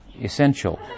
essential